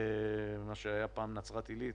מה שהיה פעם נצרת עלית.